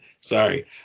Sorry